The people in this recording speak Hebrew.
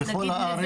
נגיד נווה מדבר,